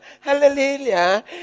Hallelujah